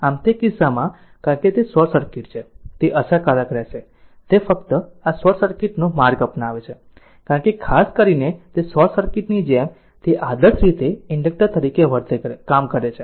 આમ તે કિસ્સામાં કારણ કે તે શોર્ટ સર્કિટ છે તે અસરકારક રહેશે તે ફક્ત આ શોર્ટ સર્કિટ નો માર્ગ અપનાવે છે કારણ કે ખાસ કરીને તે શોર્ટ સર્કિટ ની જેમ તે આદર્શ રીતે ઇન્ડક્ટર તરીકે કામ કરે છે